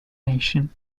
nation